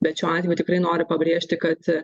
bet šiuo atveju tikrai noriu pabrėžti kad